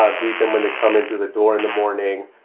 ah greet them when they come in through the door in the morning.